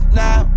now